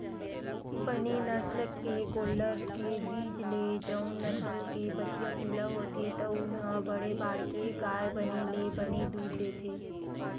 बने नसल के गोल्लर के बीज ले जउन नसल के बछिया पिला होथे तउन ह बड़े बाड़के गाय बने ले बने दूद देथे